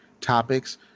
topics